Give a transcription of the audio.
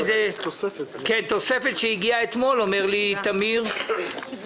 פה תוספת שהגיעה אתמול, כך אומר לי טמיר כהן.